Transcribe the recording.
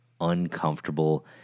uncomfortable